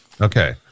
Okay